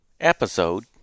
Episode